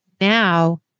now